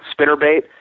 spinnerbait